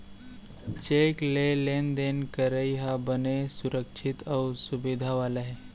cheque ले लेन देन करई ह बने सुरक्छित अउ सुबिधा वाला हे